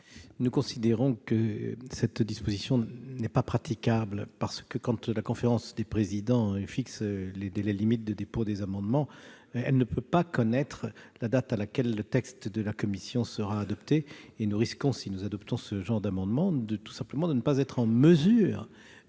Nous considérons que cette disposition n'est pas praticable. En effet, quand la conférence des présidents fixe le délai limite de dépôt des amendements, elle ne peut connaître la date à laquelle le texte de la commission sera adopté. Si nous adoptons ce genre d'amendement, nous risquons tout simplement de ne pas être en mesure